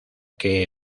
que